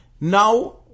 now